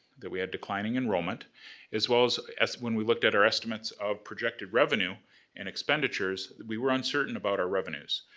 that we had declining enrollment as well as as when we looked at our estimates of projected revenue and expenditures, we were uncertain about our revenues.